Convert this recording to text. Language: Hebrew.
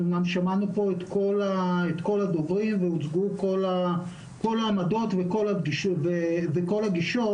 שמענו פה את כל הדוברים והוצגו כל העמדות וכל הגישות,